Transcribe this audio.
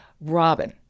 Robin